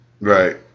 Right